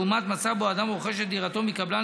לעומת מצב שבו אדם רוכש את דירתו מקבלן.